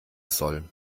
soll